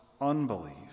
unbelief